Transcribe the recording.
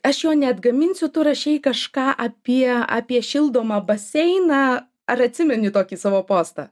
aš jo neatgaminsiu tu rašei kažką apie apie šildomą baseiną ar atsimeni tokį savo postą